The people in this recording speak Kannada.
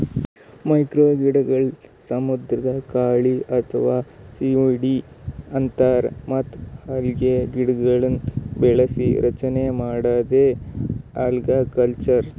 ಮೈಕ್ರೋಅಲ್ಗೆಗಳಿಗ್ ಸಮುದ್ರದ್ ಕಳಿ ಅಥವಾ ಸೀವೀಡ್ ಅಂತಾರ್ ಮತ್ತ್ ಅಲ್ಗೆಗಿಡಗೊಳ್ನ್ ಬೆಳಸಿ ರಚನೆ ಮಾಡದೇ ಅಲ್ಗಕಲ್ಚರ್